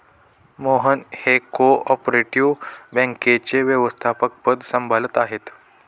मोहन हे cooperative बँकेचे व्यवस्थापकपद सांभाळत आहेत